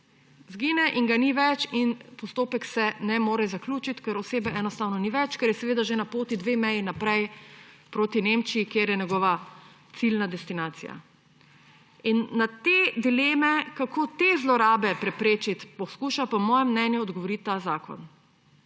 Izgine in ga ni več in postopek se ne more zaključiti, ker osebe enostavno ni več, ker je seveda že na poti, dve meji naprej, proti Nemčiji, ki je njegova ciljna destinacija. In na te dileme, kako te zlorabe preprečiti, poskuša po mojem mnenju odgovoriti ta zakon.